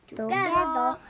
together